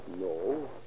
No